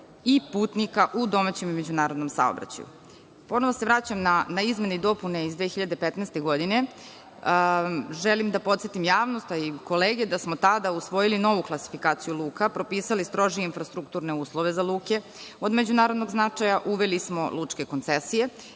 i putnika u domaćem međunarodnom saobraćaju. Ponovo se vraćam na izmene i dopune iz 2015. godine. Želim da podsetim javnost, a i kolege da smo tada usvojili novu klasifikaciju luka, propisali strožije infrastrukturne uslove za luke od međunarodnog značaja, uveli smo lučke koncesije